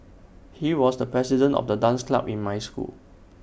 he was the president of the dance club in my school